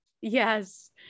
Yes